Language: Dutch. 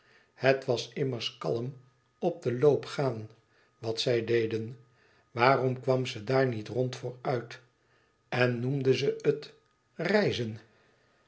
het was immers kalm op den loop gaan wat zij deden waarom kwam ze daar niet rond voor uit en noemde ze het reizen